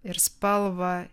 ir spalvą